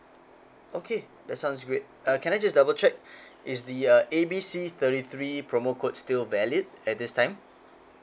okay that sounds great uh can I just double check it's the uh A B C thirty three promo code still valid at this time